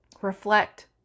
Reflect